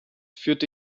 führte